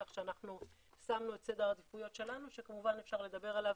כך שאנחנו שמנו את סדר העדיפויות שלנו כשכמובן אפשר לדבר עליו